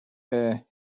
eee